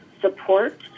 support